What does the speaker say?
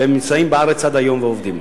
והם נמצאים בארץ עד היום ועובדים.